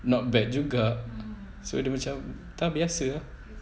not bad juga so dia macam dah biasa